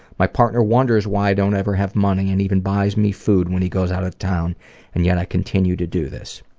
my partner wonders why i don't ever have money and buys me food when he goes out of town and yet i continue to do this.